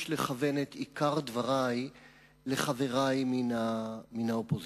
לכוון את עיקר דברי לחברי מן האופוזיציה.